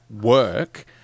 work